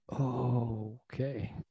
Okay